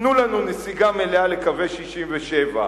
תנו לנו נסיגה מלאה לקווי 67',